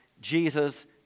Jesus